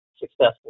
successful